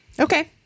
Okay